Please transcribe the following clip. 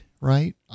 right